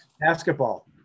Basketball